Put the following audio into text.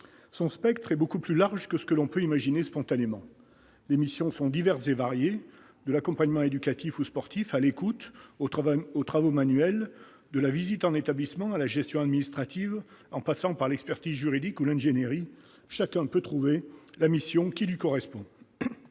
Son spectre est beaucoup plus large que ce que l'on peut imaginer spontanément. Les missions sont diverses et variées : elles vont de l'accompagnement éducatif ou sportif et de l'écoute aux travaux manuels, à la visite en établissements, à la gestion administrative, en passant par l'expertise juridique ou l'ingénierie ... Chacun peut trouver la mission qui lui correspond.